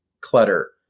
clutter